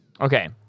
okay